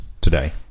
today